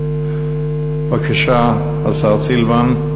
בבקשה, השר סילבן.